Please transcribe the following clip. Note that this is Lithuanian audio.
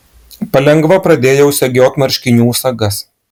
palengva pradėjau segiot marškinių sagas